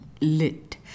Lit